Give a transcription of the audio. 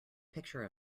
picture